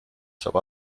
saab